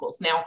Now